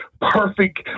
perfect